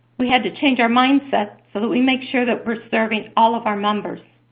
we had to change our mindset so that we make sure that we're serving all of our members.